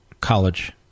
college